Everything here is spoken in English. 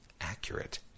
accurate